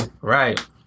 Right